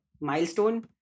milestone